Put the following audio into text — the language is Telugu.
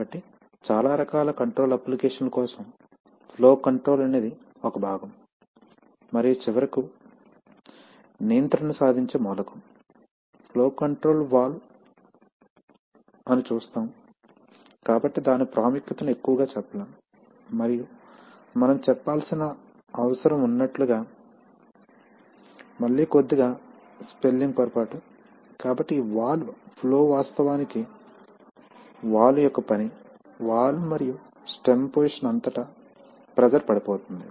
కాబట్టి చాలా రకాల కంట్రోల్ అప్లికేషన్ ల కోసం ఫ్లో కంట్రోల్ అనేది ఒక భాగం మరియు చివరకు నియంత్రణను సాధించే మూలకం ఫ్లో కంట్రోల్ వాల్వ్ అని చూస్తాము కాబట్టి దాని ప్రాముఖ్యతను ఎక్కువగా చెప్పలేము మరియు మనం చెప్పాల్సిన అవసరం ఉన్నట్లుగా మళ్ళీ కొద్దిగా స్పెల్లింగ్ పొరపాటు కాబట్టి ఈ వాల్వ్ ఫ్లో వాస్తవానికి వాల్వ్ యొక్క పని వాల్వ్ మరియు స్టెమ్ పోసిషన్ అంతటా ప్రెషర్ పడిపోతుంది